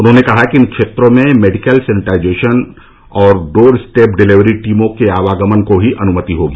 उन्होंने कहा कि इन क्षेत्रों में मेडिकल सैनिटाइजेशन और डोर स्टेप डिलीवरी टीमों के आवागमन को ही अनुमति होगी